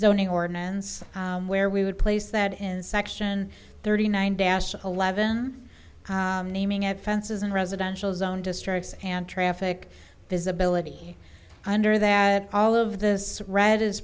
zoning ordinance where we would place that in section thirty nine dash eleven naming and fences and residential zone districts and traffic visibility under that all of this red is